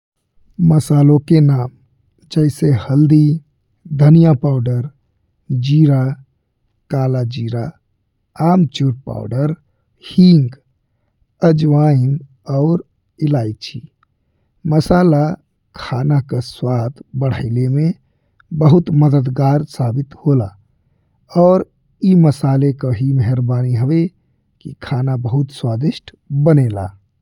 मसालों के नाम जैसे हल्दी, धनिया पाउडर, जीरा, काला जीरा, अमचूर पाउडर, हींग, अजवाइन और इलायची। मसाला खाना का स्वाद बढ़इले में बहुत मददगार साबित होला और ई मसाले का ही मेहरबानी हवे कि खाना बहुत स्वदिष्ट बनेला।